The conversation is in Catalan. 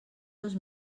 dos